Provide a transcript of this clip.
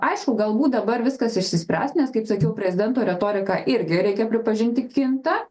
aišku galbūt dabar viskas išsispręs nes kaip sakiau prezidento retorika irgi reikia pripažinti kinta